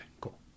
cool